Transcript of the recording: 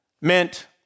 meant